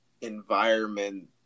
environment